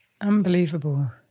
Unbelievable